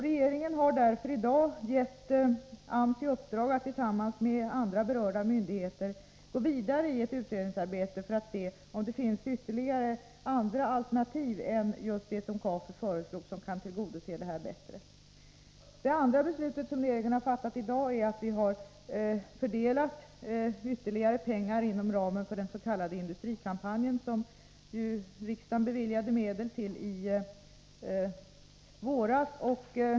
Regeringen har därför i dag gett AMS i uppdrag att tillsammans med andra berörda myndigheter gå vidare i ett utredningsarbete för att se om det finns andra alternativ än just det som KAFU föreslog och som kan tillgodose det här bättre. Det andra beslutet som regeringen har fattat i dag är att vi har fördelat ytterligare pengar inom ramen för den s.k. industrikampanjen, vilken riksdagen beviljade medel till i våras.